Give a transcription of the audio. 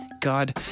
God